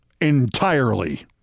entirely